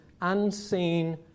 unseen